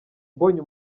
mbonye